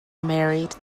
married